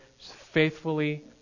faithfully